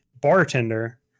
bartender